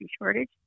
shortage